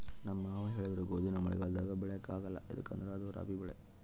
ನಮ್ ಮಾವ ಹೇಳಿದ್ರು ಗೋದಿನ ಮಳೆಗಾಲದಾಗ ಬೆಳ್ಯಾಕ ಆಗ್ಕಲ್ಲ ಯದುಕಂದ್ರ ಅದು ರಾಬಿ ಬೆಳೆ